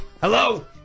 Hello